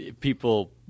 people